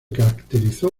caracterizó